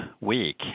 week